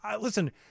Listen